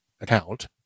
account